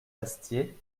astier